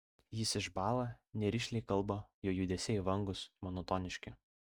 jis išbąla nerišliai kalba jo judesiai vangūs monotoniški